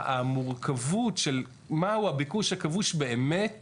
המורכבות של מהו הביקוש הכבוש באמת